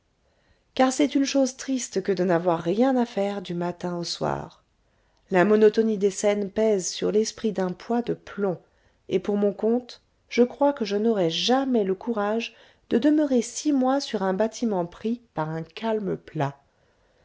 car c'est une chose triste que de n'avoir rien à faire du matin au soir la monotonie des scènes pèse sur l'esprit d'un poids de plomb et pour mon compte je crois que je n'aurais jamais le courage de demeurer six mois sur un bâtiment pris par un calme plat